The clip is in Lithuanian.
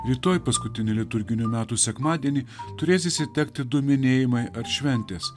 rytoj paskutinį liturginių metų sekmadienį turės išsitekti du minėjimai atšventęs